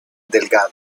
delgado